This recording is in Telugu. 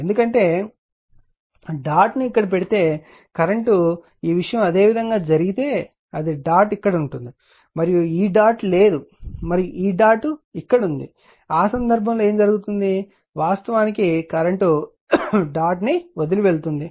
ఎందుకంటే డాట్ ను ఇక్కడ పెడితే కరెంట్ ఈ విషయం అదే విధంగా జరిగితే అది డాట్ ఇక్కడ ఉంటుంది మరియు ఈ డాట్ లేదు మరియు ఈ డాట్ ఇక్కడ ఉంది ఆ సందర్భంలో ఏమి జరుగుతుంది వాస్తవానికి కరెంట్ డాట్ను వదిలివెళ్తుంది